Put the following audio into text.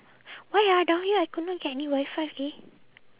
why ah down here I could not get any WiFi leh